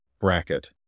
bracket